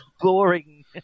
boring